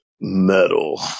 Metal